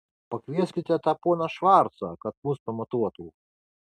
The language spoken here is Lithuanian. pakvieskite tą poną švarcą kad mus pamatuotų